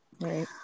Right